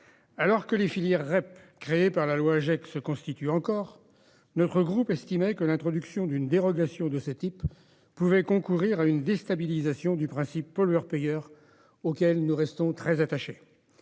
Alors que les filières REP créées par la loi Agec se constituent encore, notre groupe estimait que l'introduction d'une dérogation de ce type pouvait concourir à une déstabilisation du principe pollueur-payeur, auquel nous restons très attachés.